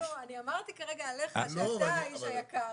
כרגע עליך שאתה האיש היקר.